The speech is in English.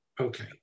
Okay